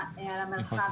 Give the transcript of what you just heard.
המרחב